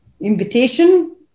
invitation